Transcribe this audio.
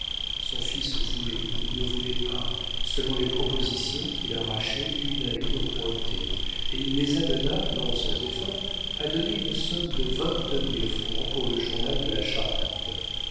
son fils voulait ou ne voulait pas selon les propositions qu'il arrachait une à une aux cointet et il les amena non sans efforts à donner une somme de vingt-deux mille francs pour le journal de la charente